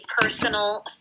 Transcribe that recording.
personal